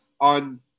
On